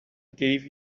gave